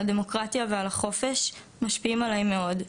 הדמוקרטיה ועל החופש משפיעים עליי מאוד.